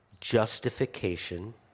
justification